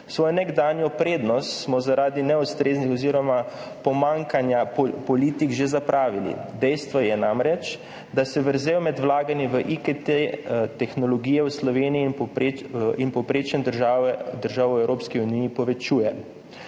Svojo nekdanjo prednost smo zaradi neustreznih [politik] oziroma pomanjkanja politik že zapravili. Dejstvo je namreč, da se vrzel med vlaganji v IKT v Sloveniji in v povprečju držav v Evropski uniji povečuje.